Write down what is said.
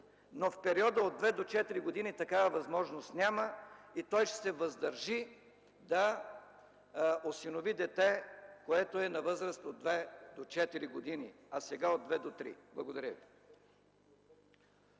Но в периода от 2 до 4 години такава възможност няма и той ще се въздържи да осинови дете, което е на възраст от 2 до 4 години, а сега – от 2 до 3 години.